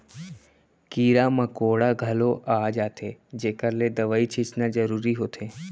कीरा मकोड़ा घलौ आ जाथें जेकर ले दवई छींचना जरूरी होथे